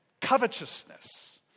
covetousness